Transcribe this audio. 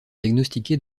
diagnostiqué